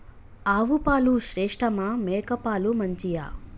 ఆవు పాలు శ్రేష్టమా మేక పాలు మంచియా?